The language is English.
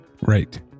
Right